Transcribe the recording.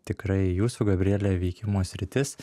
tikrai jūsų gabriele veikimo sritis